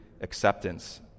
acceptance